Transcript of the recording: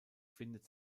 findet